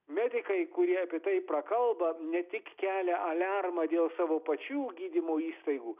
medikai kurie apie tai prakalba ne tik kelia aliarmą dėl savo pačių gydymo įstaigų